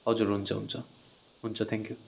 हजुर हुन्छ हुन्छ हुन्छ थ्याङ्क यू